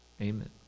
Amen